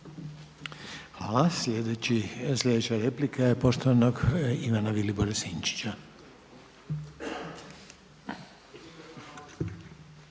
Hvala. Sljedeća replika je poštovanog Ivana Vilibora Sinčića.